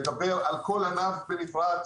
צריך לדבר על כל ענף בנפרד.